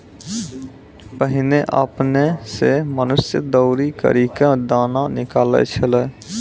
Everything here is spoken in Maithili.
पहिने आपने सें मनुष्य दौरी करि क दाना निकालै छलै